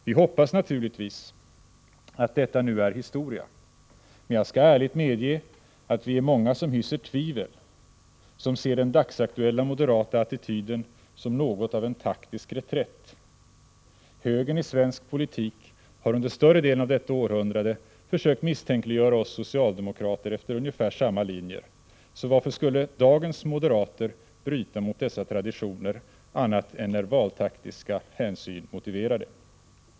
Vi hoppas naturligtvis att detta nu är historia, men jag skall ärligt medge att vi är många som hyser tvivel och ser den dagsaktuella moderata attityden som något av en taktisk reträtt. Högern i svensk politik har under större delen av detta århundrade försökt misstänkliggöra oss socialdemokrater efter ungefär samma linjer. Varför skulle dagens moderater bryta mot dessa traditioner annat än när valtaktiska hänsyn motiverar det?